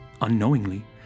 Unknowingly